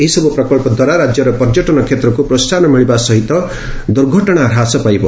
ଏହିସବୁ ପ୍ରକଳ୍ପ ଦ୍ୱାରା ରାଜ୍ୟର ପର୍ଯ୍ୟଟନ କ୍ଷେତ୍ରକୁ ପ୍ରୋହାହନ ମିଳିବା ସହିତ ଦୁର୍ଘଟଣା ହ୍ରାସ ପାଇବ